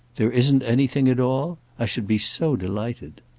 there isn't anything at all? i should be so delighted.